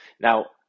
Now